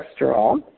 cholesterol